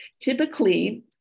typically